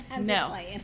no